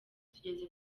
tugeze